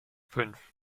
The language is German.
fünf